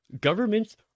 governments